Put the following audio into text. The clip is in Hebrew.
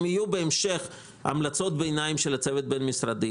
אם יהיו המלצות ביניים של הצוות הבין משרדי,